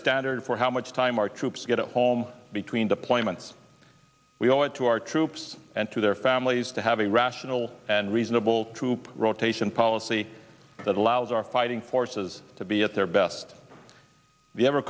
standard for how much time our troops get home between deployments we owe it to our troops and to their families to have a rational and reasonable troop rotation policy that allows our fighting forces to be at their best the ever